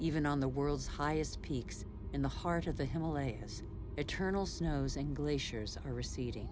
even on the world's highest peaks in the heart of the himalayas eternal snows and glaciers are receding